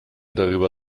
darüber